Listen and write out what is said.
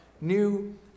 New